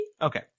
Okay